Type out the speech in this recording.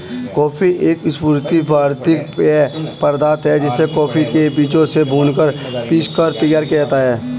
coffee एक स्फूर्ति वर्धक पेय पदार्थ है जिसे कॉफी के बीजों से भूनकर पीसकर तैयार किया जाता है